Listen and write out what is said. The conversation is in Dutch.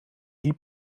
die